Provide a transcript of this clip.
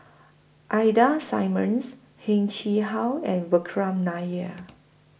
Ida Simmons Heng Chee How and Vikram Nair